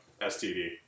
STD